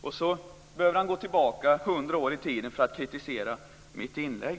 Sedan behöver han gå tillbaka hundra år i tiden för att kritisera mitt inlägg.